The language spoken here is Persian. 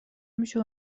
میشه